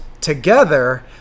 together